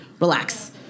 Relax